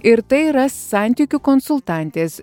ir tai yra santykių konsultantės